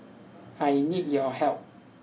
I need your help